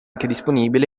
disponibile